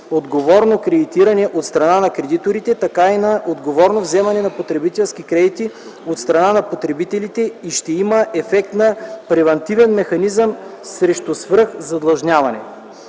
отговорно кредитиране от страна на кредиторите, така и на отговорно вземане на потребителски кредит от страна на потребителите и ще има ефекта на превантивен механизъм срещу свърхзадлъжняване.